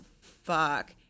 fuck